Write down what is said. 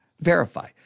verify